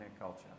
culture